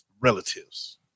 Relatives